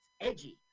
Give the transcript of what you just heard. edgy